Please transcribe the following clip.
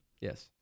Yes